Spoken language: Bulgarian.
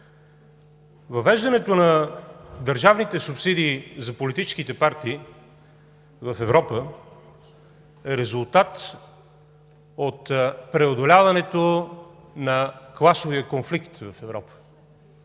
Въвеждането на държавните субсидии за политическите партии в Европа е резултат от преодоляването на класовия конфликт в Европа.